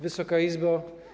Wysoka Izbo!